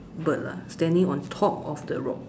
bird lah standing on top of the rock